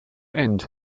end